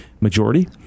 majority